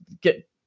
get